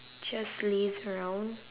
just laze around